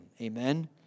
Amen